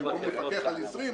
אם הוא מפקח על 20,